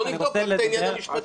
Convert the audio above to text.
בואו נבדוק רק את העניין המשפטי.